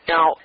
Now